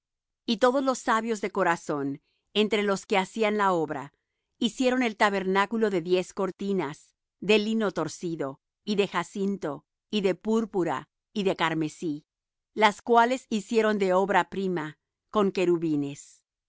y todos los sabios de corazón entre los que hacían la obra hicieron el tabernáculo de diez cortinas de lino torcido y de jacinto y de púrpura y carmesí las cuales hicieron de obra prima con querubines